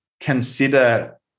consider